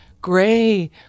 gray